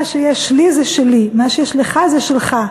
מה שיש לי, זה שלי, מה שיש לך, זה שלך.